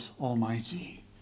Almighty